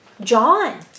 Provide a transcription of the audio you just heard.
John